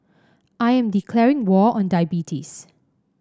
I am declaring war on diabetes